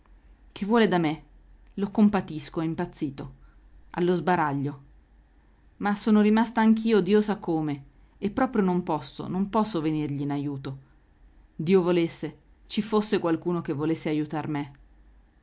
che vuole da me lo compatisco è impazzito allo sbaraglio ma sono rimasta anch'io dio sa come e proprio non posso non posso venirgli in ajuto dio volesse ci fosse qualcuno che volesse ajutar